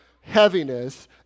heaviness